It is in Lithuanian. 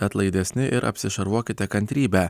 atlaidesni ir apsišarvuokite kantrybe